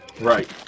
Right